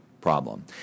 problem